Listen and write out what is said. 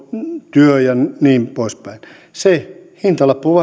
työ ja niin poispäin se hintalappu